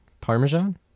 Parmesan